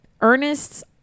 ernest's